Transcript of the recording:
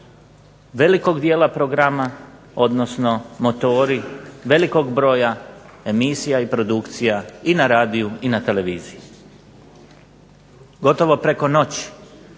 velikog dijela programa odnosno motori velikog broja emisija i produkcija i na radiju i na televiziji. Gotovo preko noći